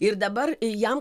ir dabar jam